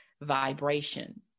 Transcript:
vibration